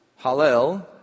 Hallel